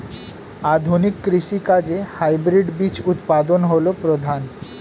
আধুনিক কৃষি কাজে হাইব্রিড বীজ উৎপাদন হল প্রধান